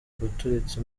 guturitsa